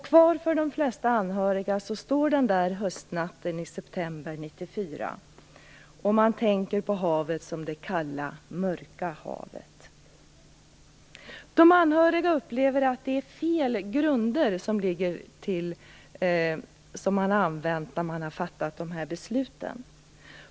Kvar för de flesta anhöriga står den där höstnatten i september 1994, och de tänker på havet som det kalla, mörka havet. De anhöriga upplever att de här besluten är fattade på felaktiga grunder.